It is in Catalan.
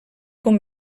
com